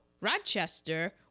Rochester